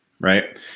right